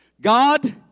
God